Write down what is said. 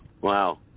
Wow